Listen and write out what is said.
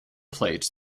plates